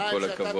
עם כל הכבוד.